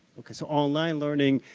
okay, so online learning,